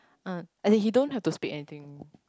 um as in he don't have to speak anything